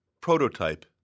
prototype